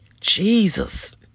Jesus